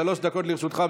שלוש דקות לרשותך.